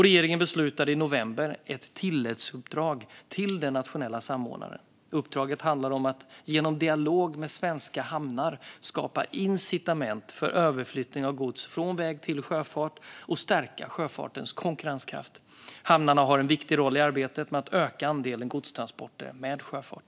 Regeringen beslutade i november ett tilläggsuppdrag till den nationella samordnaren. Uppdraget handlar om att genom dialog med svenska hamnar skapa incitament för överflyttning av gods från väg till sjöfart och stärka sjöfartens konkurrenskraft. Hamnarna har en viktig roll i arbetet med att öka andelen godstransporter med sjöfart.